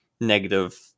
negative